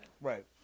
Right